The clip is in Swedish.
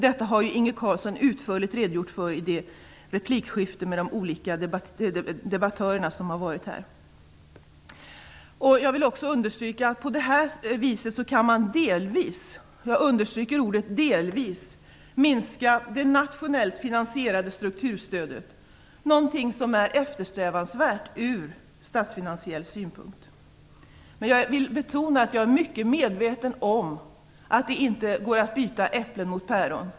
Detta har Inge Carlsson utförligt redogjort för i replikskiften med olika debattörer. På det här sättet kan man delvis - jag betonar det - minska det nationellt finansierade strukturstödet, någonting som är eftersträvansvärt ur statsfinansiell synpunkt. Jag vill emellertid betona att jag är mycket medveten om att det inte går att byta äpplen mot päron.